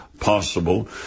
Possible